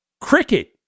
cricket